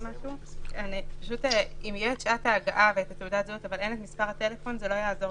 אם יש שעת הגעה ותעודת זהות בלי מספר טלפון זה לא יעזור,